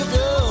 go